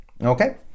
okay